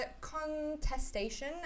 Contestation